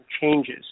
changes